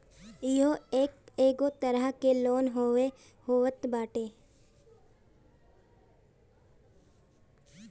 इहो एगो तरह के लोन होत बाटे